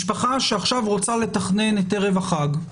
משפחה שעכשיו רוצה לתכנן את ערב החג,